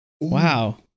Wow